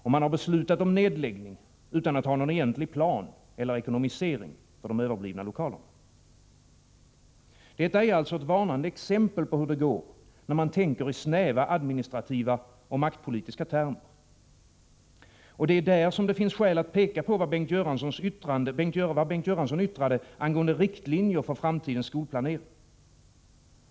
Och man har beslutat om nedläggning utan att ha någon egentlig plan eller ekonomisering för de överblivna lokalerna. Detta är alltså ett varnande exempel på hur det går, när man tänker i snäva administrativa och maktpolitiska termer. Och det är där det finns skäl att peka på Bengt Göranssons yttrande angående riktlinjer för framtidens skolplanering.